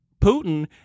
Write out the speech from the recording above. Putin